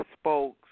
spoke